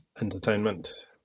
entertainment